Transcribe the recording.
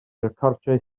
recordiau